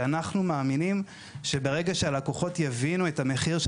כי אנחנו מאמינים שברגע שהלקוחות יבינו את המחיר של